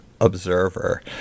observer